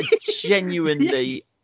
Genuinely